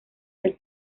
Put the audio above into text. del